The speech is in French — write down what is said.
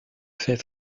fait